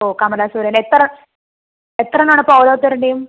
ഓ കമലാ സുരയ്യേൻ്റെ എത്ര എത്രയെണ്ണമാണ് ഇപ്പോൾ ഓരോരുത്തരുടെയും